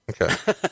Okay